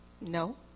No